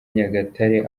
nyagatare